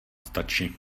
stačí